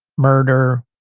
murder,